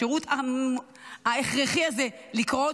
לשירות ההכרחי הזה לקרות.